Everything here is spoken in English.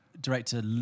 director